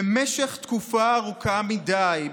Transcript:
"במשך תקופה ארוכה מדי,